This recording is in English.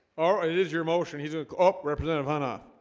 oh it is your motion he's a ah representative on ah